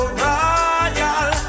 royal